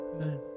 amen